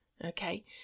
okay